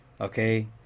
Okay